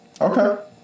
Okay